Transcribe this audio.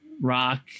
rock